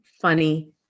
funny